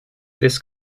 this